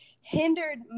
hindered